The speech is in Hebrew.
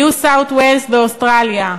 ניו-סאות׳-ויילס באוסטרליה,